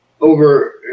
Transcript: over